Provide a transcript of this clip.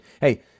Hey